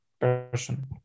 person